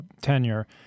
tenure